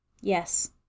Yes